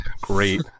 Great